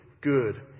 good